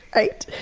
right!